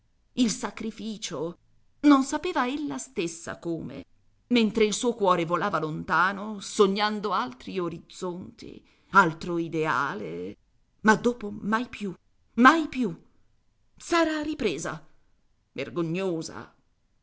il sacrificio non sapeva ella stessa come mentre il cuore volava lontano sognando altri orizzonti altro ideale ma dopo mai più mai più s'era ripresa vergognosa